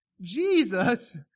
Jesus